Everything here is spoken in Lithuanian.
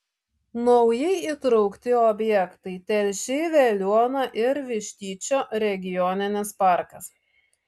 naujai įtraukti objektai telšiai veliuona ir vištyčio regioninis parkas